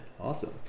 awesome